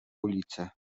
ulicę